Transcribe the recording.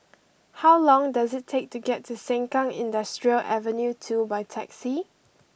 how long does it take to get to Sengkang Industrial Avenue two by taxi